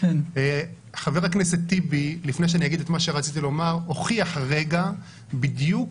חבר הכנסת טיבי הוכיח בדיוק